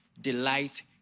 delight